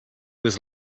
was